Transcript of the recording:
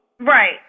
Right